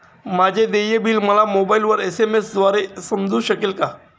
माझे देय बिल मला मोबाइलवर एस.एम.एस द्वारे समजू शकेल का?